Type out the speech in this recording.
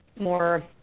more